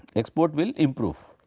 export will improve.